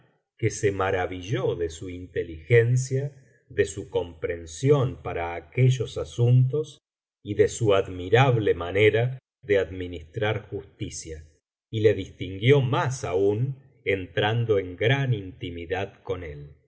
que se maravilló de su inteligencia de su comprensión para aquellos asuntos y de su admirable manera de administrar justicia y le distinguió más aún entrando en gran intimidad con él